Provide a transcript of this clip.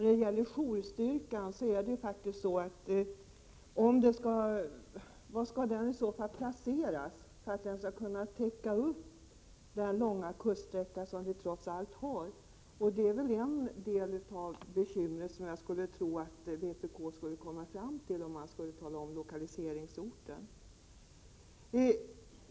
Herr talman! När det gäller jourstyrkan är frågan var den i så fall skall placeras för att kunna täcka upp den långa kuststräcka som vi trots allt har. Det är väl ett av de bekymmer som jag tror att vpk skulle upptäcka, om vpk skulle ta ställning till lokaliseringsort.